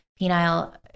penile